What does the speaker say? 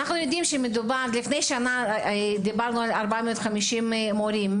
לפני שנה דיברנו על 450 מורים.